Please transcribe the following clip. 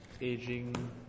aging